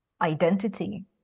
identity